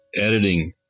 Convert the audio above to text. editing